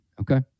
Okay